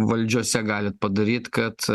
valdžiose galit padaryt kad